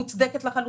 מוצדקת לחלוטין,